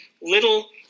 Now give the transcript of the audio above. little